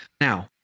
Now